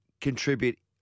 contribute